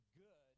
good